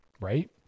right